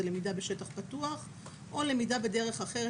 זה למידה בשטח פתוח או למידה בדרך אחרת